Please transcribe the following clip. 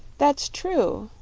that's true,